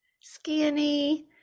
Skinny